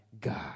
God